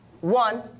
one